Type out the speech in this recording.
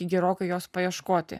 gerokai jos paieškoti